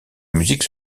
musique